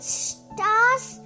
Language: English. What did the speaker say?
stars